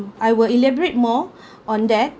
I will elaborate more on that